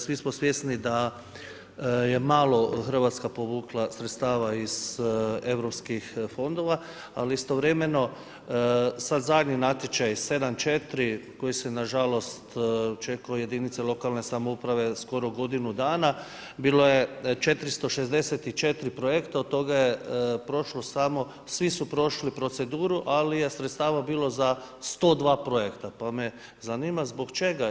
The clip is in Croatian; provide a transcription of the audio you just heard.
Svi smo svjesni da je malo RH povukla sredstava iz EU fondova, ali istovremeno sad zadnji natječaj 7.4. koji se nažalost očekuje jedinice lokalne samouprave skoro godinu dana, bilo je 464 projekta od toga je prošlo samo, svi su prošli proceduru, ali je sredstava bilo za 102 projekta, pa me zanima zbog čega?